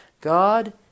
God